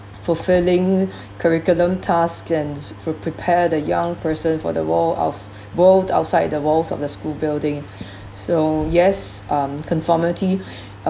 fulfilling curriculum task and to prepare the young person for the wall ou~ both outside the walls of the school building so yes um conformity